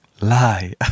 lie